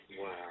Wow